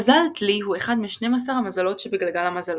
מזל דלי הוא אחד משנים עשר המזלות שבגלגל המזלות.